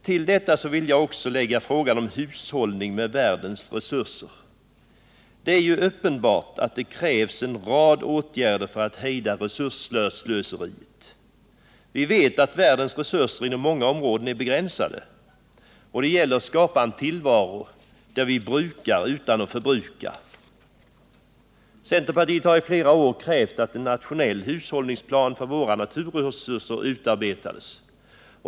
Till detta vill jag också lägga frågan om hushållning med världens resurser. Det är uppenbart att det krävs en rad av åtgärder för att hejda resursslöseriet. Vi vet att världens resurser inom många områden är begränsade, och det gäller att skapa en tillvaro där vi brukar utan att förbruka. Centerpartiet har i flera år krävt att en nationell hushållningsplan för våra naturresurser utarbetas.